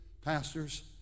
pastors